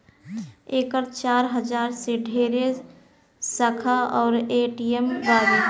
एकर चार हजार से ढेरे शाखा अउर ए.टी.एम बावे